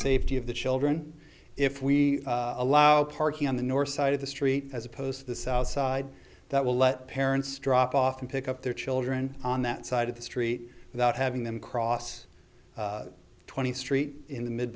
safety of the children if we allow parking on the north side of the street as opposed to the south side that will let parents drop off and pick up their children on that side of the street without having them cross twenty street in the mid